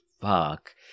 fuck